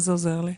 מה זה עוזר לי?